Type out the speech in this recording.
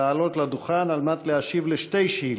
לעלות לדוכן על מנת להשיב על שתי שאילתות.